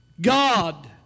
God